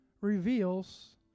reveals